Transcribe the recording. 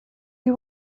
you